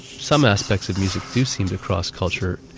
some aspects of music do seem to cross culture,